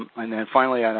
and and finally, and